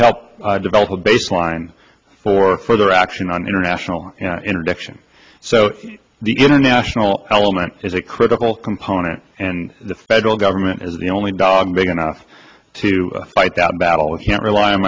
help develop a baseline for further action on international interdiction so the international element is a critical component and the federal government is the only dog big enough to fight that battle we can't rely on